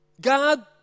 God